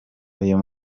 uyu